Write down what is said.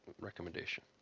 recommendation